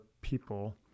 people